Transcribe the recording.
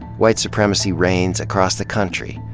white supremacy reigns across the country,